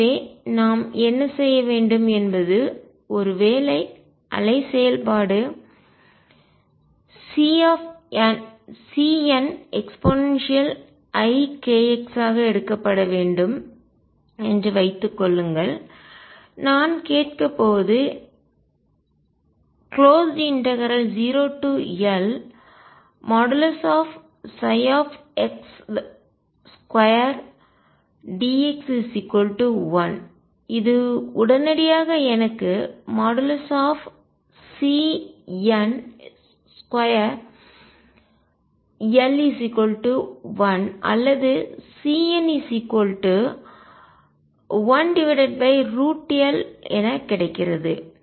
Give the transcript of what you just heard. ஆகவே நாம் என்ன செய்ய வேண்டும் என்பது ஒருவேளை அலை செயல்பாடு CNeikx ஆக எடுக்கப்பட வேண்டும் என்று வைத்துக் கொள்ளுங்கள் நான் கேட்க போவது 0Lx2 dx1 இது உடனடியாக எனக்கு CN2L1 அல்லது CN1L என கிடைக்கிறது